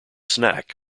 snack